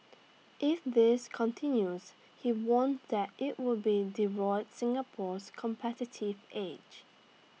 if this continues he warned that IT would be divot Singapore's competitive edge